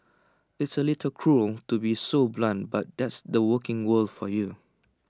it's A little cruel to be so blunt but that's the working world for you